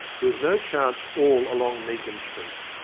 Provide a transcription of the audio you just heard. there was no chance all along meaki'n street.